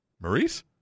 Maurice